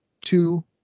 two